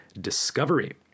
Discovery